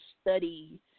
study